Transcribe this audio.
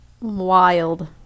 wild